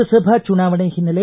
ಲೋಕಸಭಾ ಚುನಾವಣೆ ಹಿನ್ನೆಲೆ